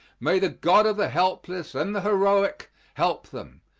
may the god of the helpless and the heroic help them,